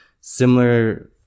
similar